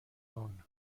اون